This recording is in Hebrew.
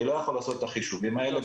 אני לא יכול לעשות את החישובים האלה,